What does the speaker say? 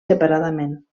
separadament